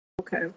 okay